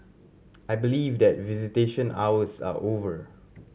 I believe that visitation hours are over